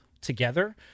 together